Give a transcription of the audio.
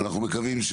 אנחנו מקווים,